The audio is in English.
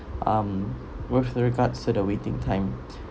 um with the regards said the waiting time